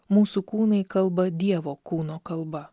mūsų kūnai kalba dievo kūno kalba